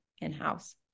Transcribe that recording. in-house